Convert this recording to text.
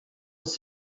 els